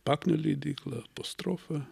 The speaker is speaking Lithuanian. paknio leidykla apostrofa